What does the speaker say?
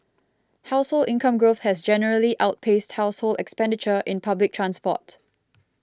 household income growth has generally outpaced household expenditure in public transport